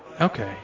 Okay